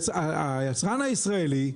היצרן הישראלי,